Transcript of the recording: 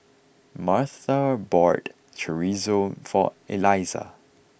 Martha bought Chorizo for Elisa